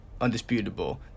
undisputable